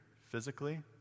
physically